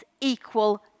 equal